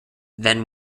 then